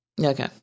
Okay